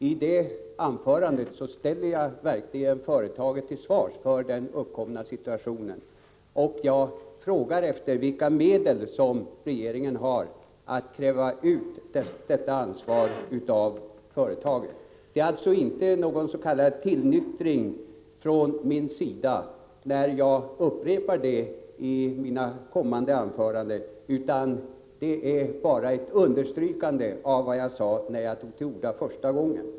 I det anförandet ställer jag verkligen företaget till svars för den uppkomna situationen, och jag frågar vilka medel regeringen har att utkräva detta ansvar av företaget. Det är alltså inte någon s.k. tillnyktring från min sida när jag upprepar detta i mina övriga anföranden utan bara ett understrykande av vad jag sade när jag tog till orda första gången.